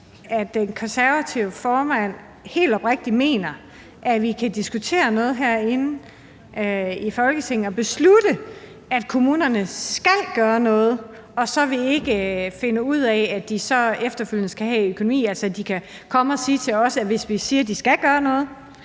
at Det Konservative Folkepartis formand helt oprigtigt mener, at vi skal diskutere noget herinde i Folketinget og beslutte, at kommunerne skal gøre noget, og så ikke finder ud af, at de så efterfølgende skal have økonomi til det, altså så de kan komme og sige til os, at de har krav på økonomi,